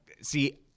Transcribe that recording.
See